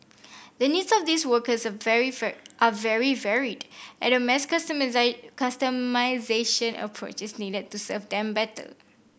the needs of these workers very fur are very varied and a mass customisation approach is needed to serve them better